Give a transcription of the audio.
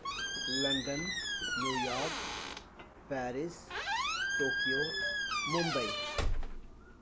London New York Paris Tokyo Bombay